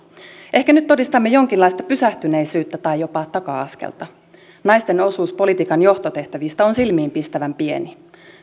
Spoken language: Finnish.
ehkä nyt todistamme jonkinlaista pysähtyneisyyttä tai jopa taka askelta naisten osuus politiikan johtotehtävistä on silmiinpistävän pieni